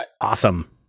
Awesome